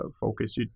focus